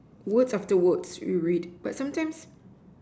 words after words you read but sometimes